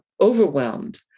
overwhelmed